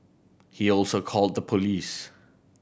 he also called the police